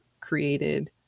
created